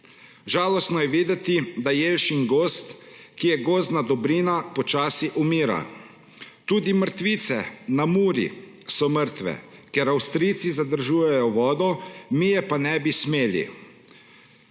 Žalostno je videti, da jelšin gozd, ki je gozdna dobrina, počasi umira. Tudi mrtvice na Muri, so mrtve, ker Avstrijci zadržujejo vodo, mi je pa ne bi smeli.